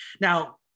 Now